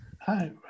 hi